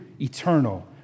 eternal